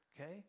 Okay